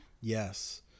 Yes